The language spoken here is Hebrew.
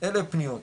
אלה פניות,